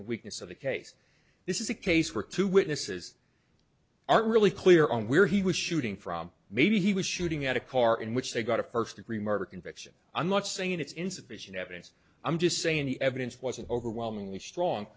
and weakness of the case this is a case where two witnesses aren't really clear on where he was shooting from maybe he was shooting at a car in which they got a first degree murder conviction i'm not saying it's insufficient evidence i'm just saying the evidence wasn't overwhelmingly strong